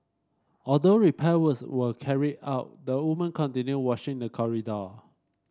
although repair works were carried out the woman continued washing the corridor